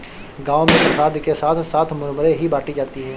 गांव में प्रसाद के साथ साथ मुरमुरे ही बाटी जाती है